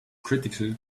critical